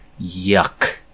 Yuck